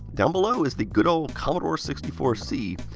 down below is the good old commodore sixty four c.